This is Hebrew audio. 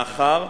מאחר,